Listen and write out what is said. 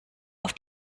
auf